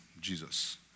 Jesus